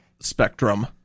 Spectrum